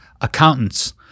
accountants